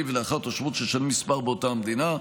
ולאחר תושבות של כמה שנים באותה המדינה,